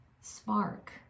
spark